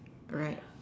alright